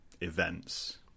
events